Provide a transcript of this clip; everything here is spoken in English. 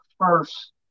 first